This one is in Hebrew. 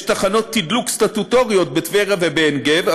יש תחנות תדלוק סטטוטוריות בטבריה ובעין גב,